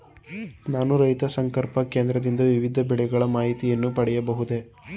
ನಾನು ರೈತ ಸಂಪರ್ಕ ಕೇಂದ್ರದಿಂದ ವಿವಿಧ ಬೆಳೆಗಳ ಮಾಹಿತಿಯನ್ನು ಪಡೆಯಬಹುದೇ?